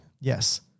Yes